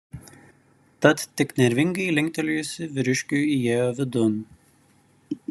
tad tik nervingai linktelėjusi vyriškiui įėjo vidun